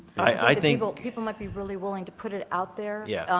i think people might be really willing to put it out there. yeah.